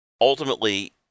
Ultimately